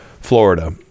Florida